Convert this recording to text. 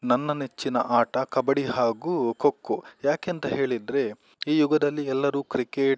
ನನ್ನ ನೆಚ್ಚಿನ ಆಟ ಕಬಡ್ಡಿ ಹಾಗೂ ಕೊಕ್ಕೊ ಯಾಕೆ ಅಂತಹೇಳಿದ್ರೆ ಈ ಯುಗದಲ್ಲಿ ಎಲ್ಲರು ಕ್ರಿಕೇಟ್